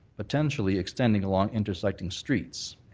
potentially extending along intersecting streets.